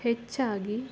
ಹೆಚ್ಚಾಗಿ